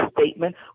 statement